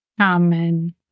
Amen